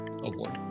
award